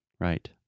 right